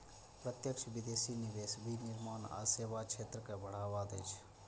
प्रत्यक्ष विदेशी निवेश विनिर्माण आ सेवा क्षेत्र कें बढ़ावा दै छै